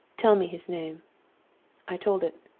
tell me his name i told it.